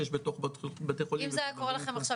שיש בתוך בתי החולים --- אם זה היה קורה לכם עכשיו,